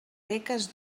beques